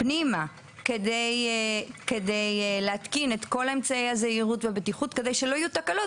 פנימה כדי להתקין את כל אמצעי הזהירות והבטיחות כדי שלא יהיו תקלות,